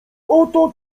oto